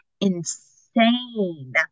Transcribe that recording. insane